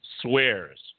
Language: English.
Swears